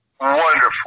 Wonderful